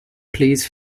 please